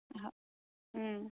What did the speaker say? হয়